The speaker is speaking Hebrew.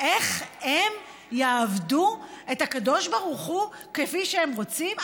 איך הם יעבדו את הקדוש ברוך הוא כפי שהם רוצים?